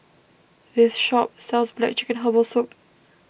this shop sells Black Chicken Herbal Soup